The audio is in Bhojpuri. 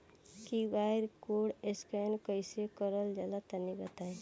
क्यू.आर कोड स्कैन कैसे क़रल जला तनि बताई?